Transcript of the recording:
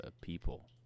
people